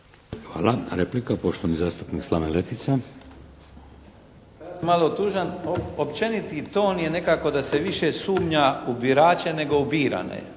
Hvala. Replika, poštovani zastupnik Slaven Letica. **Letica, Slaven (Nezavisni)** Malo tužan, općeniti ton je nekako da se više sumnja u birače nego u birane.